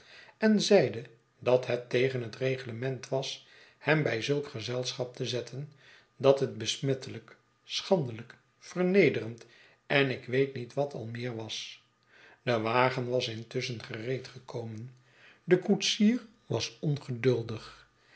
en zeide dat het tegen het reglement was hem bij zulk gezelschap te zetten dat het besmettelijk schandelijk vernederend en ik weet niet wat al meer was de wagen was intusschen gereed gekomen de koetsier was ongeduldig